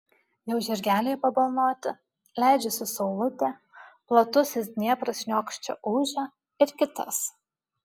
jau žirgeliai pabalnoti leidžiasi saulutė platusis dniepras šniokščia ūžia ir kitas